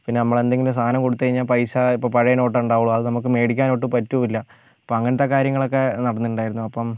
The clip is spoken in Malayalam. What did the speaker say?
പിന്നെ നമ്മൾ എന്തെങ്കിലും സാധനം കൊടുത്തുകഴിഞ്ഞാൽ പൈസ ഇപ്പോൾ പഴയ നോട്ട് ഉണ്ടാവുള്ളൂ അത് നമുക്ക് മേടിക്കാൻ ഒട്ടും പറ്റൂമില്ല അപ്പം അങ്ങനത്തെ കാര്യങ്ങളൊക്കെ നടന്നിട്ടുണ്ടായിരുന്നു അപ്പം